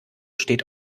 steht